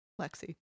Lexi